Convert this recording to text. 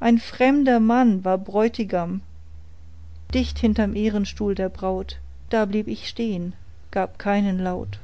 ein fremder mann war bräutigam dicht hinterm ehrenstuhl der braut da blieb ich stehn gab keinen laut